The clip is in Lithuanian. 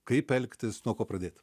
kaip elgtis nuo ko pradėt